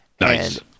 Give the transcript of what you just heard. Nice